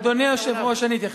אדוני היושב-ראש, אני אתייחס.